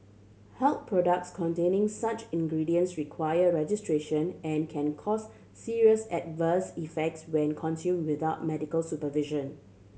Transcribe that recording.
health products containing such ingredients require registration and can cause serious adverse effects when consumed without medical supervision